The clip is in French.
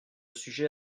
sujet